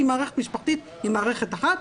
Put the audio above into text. כי מערכת משפחתית היא מערכת אחת,